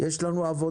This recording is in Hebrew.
ויש לנו עבודה.